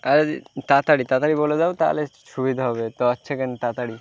আরে জি তাড়াতাড়ি তাড়াতাড়ি বলে দাও তাহলে সুবিধা হবে তাড়াতাড়ি